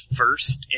first